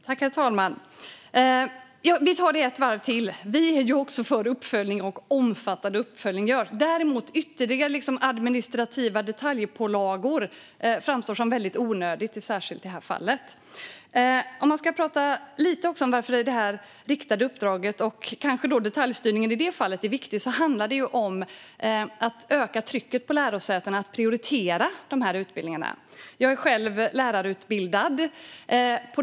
Herr talman! Vi tar det ett varv till. Vi är också för uppföljning, och omfattande uppföljning görs. Ytterligare administrativa detaljpålagor framstår däremot som väldigt onödiga, särskilt i detta fall. När det gäller varför det här riktade uppdraget och kanske detaljstyrningen är viktig i det fallet handlar det om att öka trycket på lärosätena att prioritera dessa utbildningar. Jag är själv lärarutbildad.